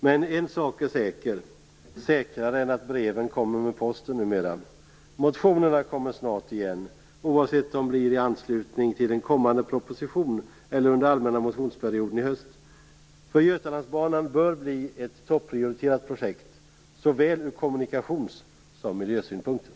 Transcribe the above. Men en sak är säker - numera säkrare än att breven kommer med posten. Motionerna kommer snart igen, oavsett om det blir i anslutning till en kommande proposition eller under allmänna motionsperioden i höst. För Götalandsbanan bör bli ett topprioriterat projekt ur såväl kommunikations som miljösynpunkter.